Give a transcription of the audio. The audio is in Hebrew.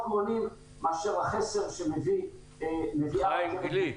מונים מאשר החסר שמביאה --- חיים גליק,